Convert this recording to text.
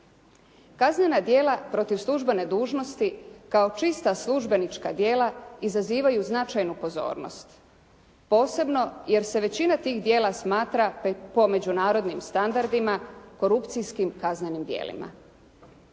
Kaznena djela protiv službene dužnosti kao čista službenička djela izazivaju značajnu pozornost, posebno jer se većina tih djela smatra po međunarodnim standardima korupcijskim kaznenim djelima.